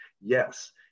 Yes